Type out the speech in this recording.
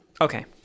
okay